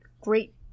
great